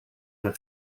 had